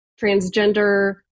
transgender